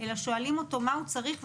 אלא שואלים אותו מה הוא צריך,